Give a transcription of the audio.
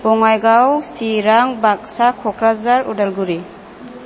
Bongaigaon Chirang Baksa Kokrajhar Udalguri